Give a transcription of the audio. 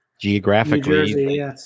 geographically